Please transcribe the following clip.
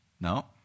No